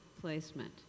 placement